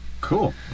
Cool